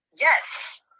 Yes